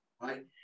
right